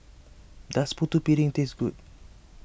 does Putu Piring taste good